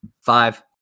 Five